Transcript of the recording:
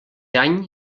any